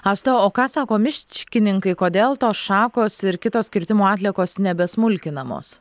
asta o ką sako miškininkai kodėl tos šakos ir kitos kirtimo atliekos nebe smulkinamos